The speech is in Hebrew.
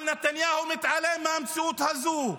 אבל נתניהו מתעלם מהמציאות הזו.